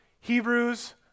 Hebrews